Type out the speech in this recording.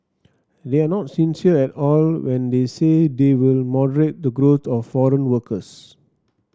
they are not sincere at all when they say they will moderate the growth of foreign workers